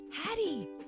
Hattie